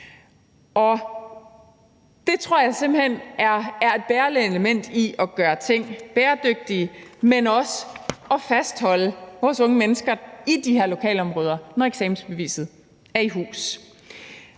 hen er et bærende element i at gøre ting bæredygtige, men også i forhold til at fastholde unge mennesker i de her lokalområder, når eksamensbeviset er i hus.